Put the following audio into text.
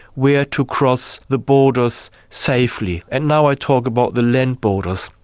where to cross the borders safely. and now i talk about the land borders.